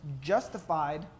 justified